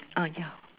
ah ya